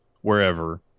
wherever